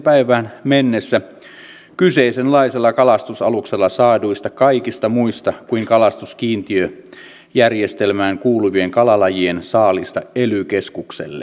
päivään mennessä kyseisenlaisella kalastusaluksella saaduista kaikista muista kuin kalastuskiintiöjärjestelmään kuuluvien kalalajien saaliista ely keskukselle